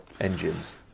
engines